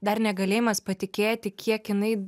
dar negalėjimas patikėti kiek jinai